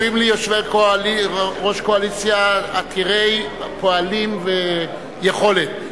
זכורים לי יושבי-ראש קואליציה עתירי פעלים ויכולת,